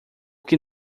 que